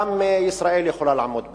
גם ישראל יכולה לעמוד בה.